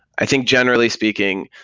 i think generally speaking,